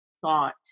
thought